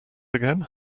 again